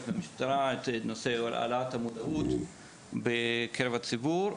והמשטרה את נושא העלאת המודעות בקרב הציבור.